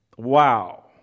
Wow